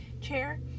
chair